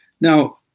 Now